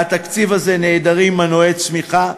מהתקציב הזה נעדרים מנועי צמיחה.